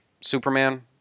Superman